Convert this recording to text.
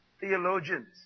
theologians